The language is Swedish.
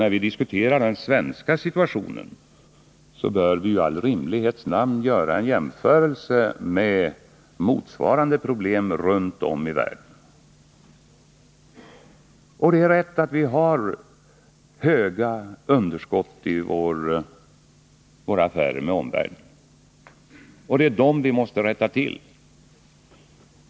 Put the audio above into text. När vi diskuterar den svenska situationen bör vi i all rimlighets namn göra en jämförelse med motsvarande problem runt om i världen. Det är riktigt att vi har stora underskott i våra affärer med omvärlden. Det är detta vi måste rätta till.